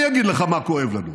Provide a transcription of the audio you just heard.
אני אגיד לך מה כואב לנו.